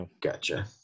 gotcha